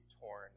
torn